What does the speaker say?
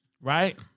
Right